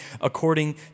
according